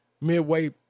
midway